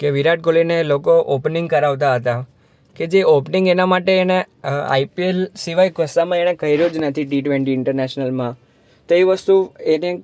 કે વિરાટ કોહલીને લોકો ઓપનિંગ કરાવતા હતા કે જે ઓપનિંગ જેના માટે એને આઈપીએલ સિવાય કશામાં એણે કર્યો જ નથી ટી ટવેન્ટી ઇન્ટરનેશનલમાં તો એ વસ્તુ એને